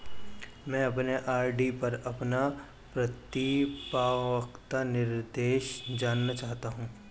मैं अपने आर.डी पर अपना परिपक्वता निर्देश जानना चाहता हूं